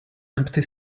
empty